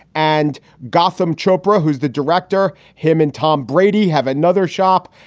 and gotham chopra, who's the director. him and tom brady have another shop,